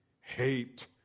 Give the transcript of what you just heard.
hate